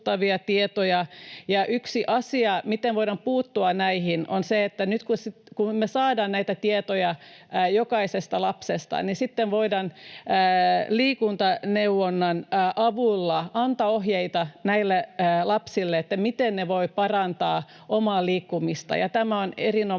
yksi asia, miten voidaan puuttua näihin, on se, että nyt kun me saadaan näitä tietoja jokaisesta lapsesta, niin sitten voidaan liikuntaneuvonnan avulla antaa ohjeita näille lapsille, miten he voivat parantaa omaa liikkumistaan. Tämä on erinomainen tapa